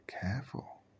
Careful